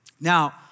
Now